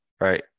Right